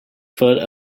foot